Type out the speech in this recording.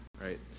right